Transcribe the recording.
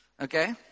okay